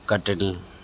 Katni